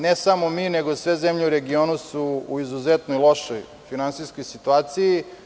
Ne samo mi, nego sve zemlje u regionu su u izuzetno lošoj finansijskoj situaciji.